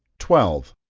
twelve.